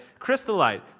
crystallite